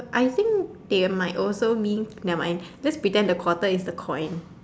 I think they might also me never mind just pretend the quarter is the coin